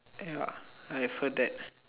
ya I have heard that